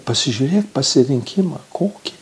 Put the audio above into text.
pasižiūrėk pasirinkimą kokį